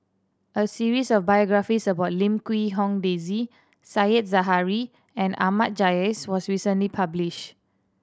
a series of biographies about Lim Quee Hong Daisy Said Zahari and Ahmad Jais was recently published